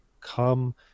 come